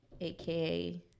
AKA